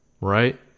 right